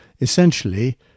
essentially